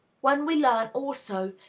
when we learn, also,